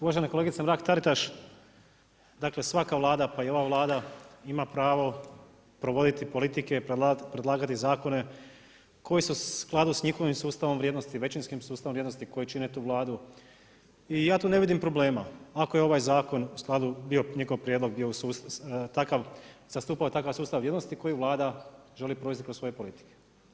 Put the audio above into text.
Uvažena kolegice Mrak-Taritaš, dakle svaka Vlada, pa i ova Vlada ima pravo provoditi politike, predlagati zakone koji su u skladu s njihovim sustavom vrijednosti većinskim sustavom vrijednosti koji čine tu Vladu i ja tu ne vidim problema ako je ovaj zakon u skladu bio njihov prijedlog bio takav, zastupao takav sustav vrijednosti koji Vlada želi provesti kroz svoje politike.